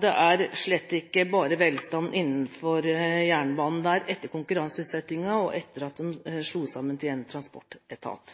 Det er slett ikke bare velstand innenfor jernbanesektoren der etter konkurranseutsettingen og etter at man slo alt sammen til én transportetat.